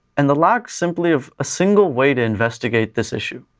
and the lack simply of a single way to investigate this issue.